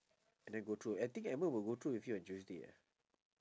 and then go through I think edmund will go through with you on tuesday ah